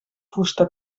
fusta